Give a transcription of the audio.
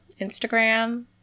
Instagram